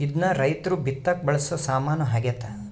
ಇದ್ನ ರೈರ್ತು ಬಿತ್ತಕ ಬಳಸೊ ಸಾಮಾನು ಆಗ್ಯತೆ